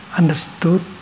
understood